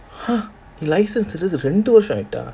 license எடுத்து ரெண்டு வர்ஷம் ஆகிட்டா:eduthu rendu warsham aahitaa